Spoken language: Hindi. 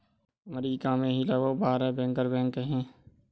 अमरीका में ही लगभग बारह बैंकर बैंक हैं